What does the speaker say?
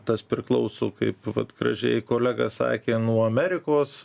tas priklauso kaip vat gražiai kolega sakė nuo amerikos